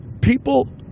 people